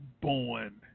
born